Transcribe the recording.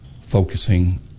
focusing